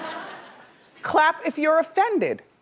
clap if you're offended.